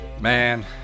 Man